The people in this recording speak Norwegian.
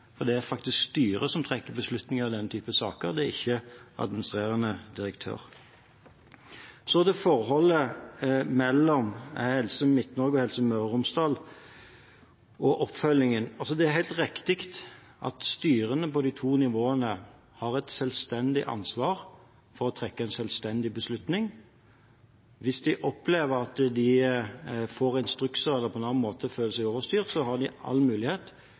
det er faktisk styret som tar beslutninger i denne typen saker, ikke administrerende direktør. Så til forholdet mellom Helse Midt-Norge og Helse Møre og Romsdal – og oppfølgingen. Det er helt riktig at styrene på de to nivåene har et selvstendig ansvar for å ta en selvstendig beslutning. Hvis de opplever at de får instrukser eller på annen måte føler seg overstyrt, har de all mulighet